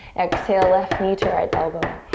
exhale, left knee to right elbow.